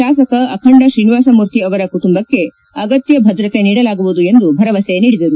ಶಾಸಕ ಅಖಂಡ ತ್ರೀನಿವಾಸ ಮೂರ್ತಿ ಅವರ ಕುಟುಂಬಕ್ಕೆ ಅಗತ್ಯ ಭದ್ರತೆ ನೀಡಲಾಗುವುದು ಎಂದು ಭರವಸೆ ನೀಡಿದರು